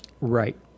Right